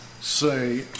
say